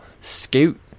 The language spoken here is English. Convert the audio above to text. Scoot